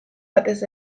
batez